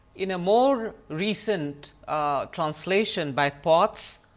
in a more recent translation by potts,